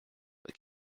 but